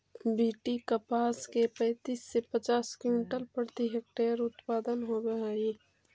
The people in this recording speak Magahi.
बी.टी कपास के पैंतीस से पचास क्विंटल प्रति हेक्टेयर उत्पादन होवे हई